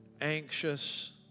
anxious